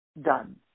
done